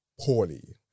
poorly